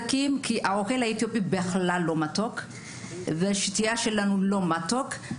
האוכל האתיופי בכלל לא מתוק והשתייה שלנו לא מתוקה,